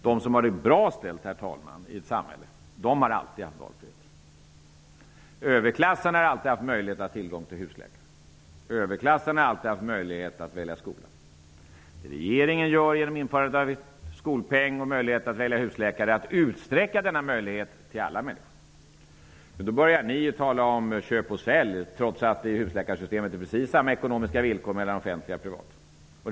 De som har det bra ställt i ett samhälle har alltid haft en valfrihet. Överklassen har alltid haft tillgång till husläkare. Överklassen har alltid haft möjlighet att välja skola. Det regeringen gör genom införandet av skolpengen och av ett husläkarsystem är att utsträcka denna möjlighet till att omfatta alla människor. Då börjar ni att tala om köp-och-sälj, trots att det i husläkarsystemet är precis samma ekonomiska villkor för den offentliga och den privata verksamheten.